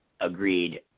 agreed